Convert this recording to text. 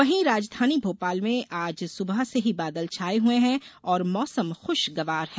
वहीं राजधानी भोपाल में आज सुबह से बादल छाये हुए है और मौसम खुशगवार है